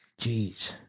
Jeez